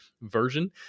version